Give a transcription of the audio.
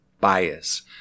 bias